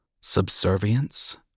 subservience